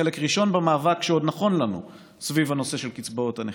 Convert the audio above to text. אולי רק חלק ראשון במאבק שעוד נכון לנו סביב הנושא של קצבאות הנכים.